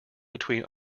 between